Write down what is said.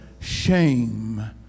shame